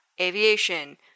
aviation